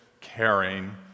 caring